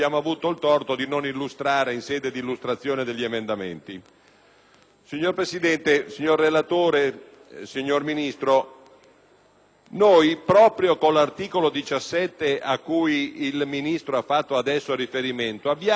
Signor Presidente, signor relatore, signor Ministro, noi proprio con l'articolo 17, cui il Ministro ha fatto adesso riferimento, abbiamo inserito in Commissione rispetto al testo del Governo